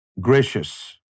Gracious